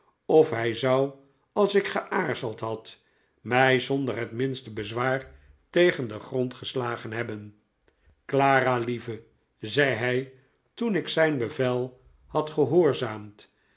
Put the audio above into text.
of hij zou als ik geaarzeld had mij zonder het minste bezwaar tegen den grond hebben geslagen clara lieve zei hij toen ik zijn bevel had gehoorzaamd en